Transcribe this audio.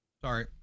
sorry